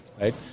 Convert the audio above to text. right